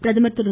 பிரதமர் திரு